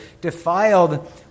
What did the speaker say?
defiled